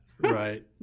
right